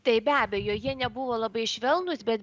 tai be abejo jie nebuvo labai švelnūs bet